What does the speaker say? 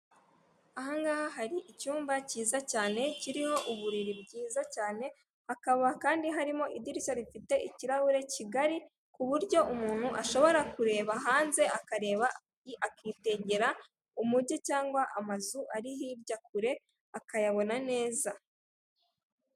Aha ngaha hari icyumba cyiza cyane kiriho uburiri bwiza cyane, hakaba kandi harimo idirishya rifite ikirahure kigari, ku buryo umuntu ashobora kureba hanze akareba akitegera umugi cyangwa amazu ari hirya kure akayabona neza.